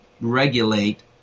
regulate